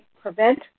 prevent